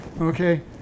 okay